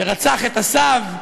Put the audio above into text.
ורצח את הסב,